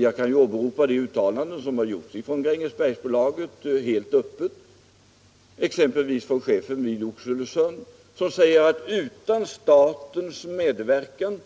Jag kan åberopa uttalanden som helt öppet har gjorts av Grängesbergsbolaget och av chefen för verket 1 Oxelösund som säger att ”utan statens medverkan